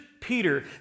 Peter